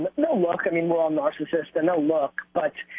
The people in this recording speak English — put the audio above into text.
but no, look i mean well narcissist and they'll look but,